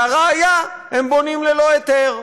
והראיה, הם בונים ללא היתר.